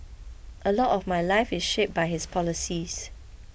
a lot of my life is shaped by his policies